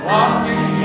Walking